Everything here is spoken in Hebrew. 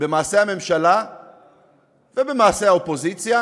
במעשי הממשלה ובמעשי האופוזיציה.